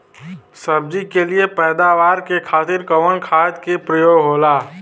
सब्जी के लिए पैदावार के खातिर कवन खाद के प्रयोग होला?